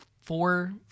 four